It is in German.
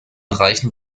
reichen